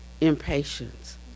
impatience